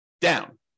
down